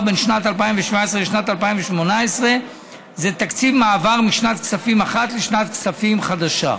בין שנת 2017 לשנת 2018. זה תקציב מעבר משנת כספים לשנת כספים חדשה.